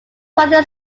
father